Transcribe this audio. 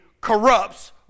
corrupts